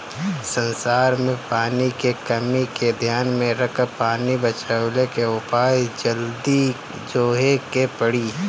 संसार में पानी के कमी के ध्यान में रखकर पानी बचवले के उपाय जल्दी जोहे के पड़ी